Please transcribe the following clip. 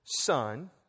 Son